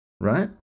right